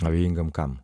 abejingam kam